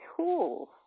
tools